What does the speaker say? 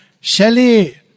Shelley